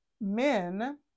men